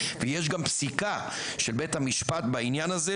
ויש גם פסיקה של בית המשפט בעניין הזה,